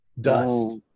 Dust